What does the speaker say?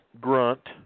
grunt